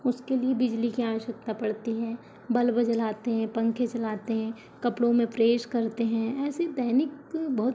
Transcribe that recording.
उसके लिए बिजली की आवश्यकता पड़ती है बल्ब जलाते हैं पंखे चलाते हैं कपड़ों में प्रेस करते हैं ऐसी दैनिक बहुत